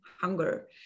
hunger